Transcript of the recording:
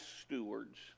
stewards